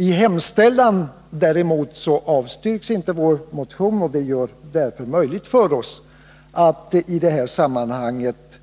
I hemställan avstyrks däremot inte vår motion, och det gör det möjligt för oss att i det här sammanhanget